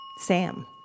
Sam